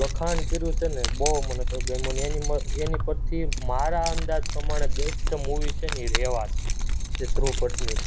લખાણ કર્યું છે ને બહુ મને તો ગમ્યું એની પરથી મારા અંદાજ પ્રમાણે બેસ્ટ મુવી છે ને એ રેવા છે જે ધ્રુવ ભટ્ટની છે